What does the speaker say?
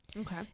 Okay